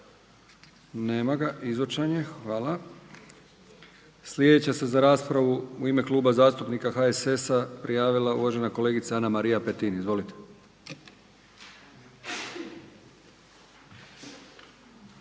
Nema ga, izočan je. Hvala. Sljedeća se za raspravu u ime Kluba zastupnika HSS-a uvažena kolegica Ana-Marija Petin. Izvolite.